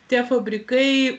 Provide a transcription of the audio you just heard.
tie fabrikai